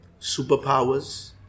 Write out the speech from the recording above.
superpowers